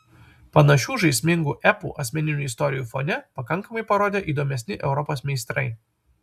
panašių žaismingų epų asmeninių istorijų fone pakankamai parodė įdomesni europos meistrai